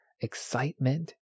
excitement